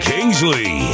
Kingsley